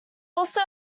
also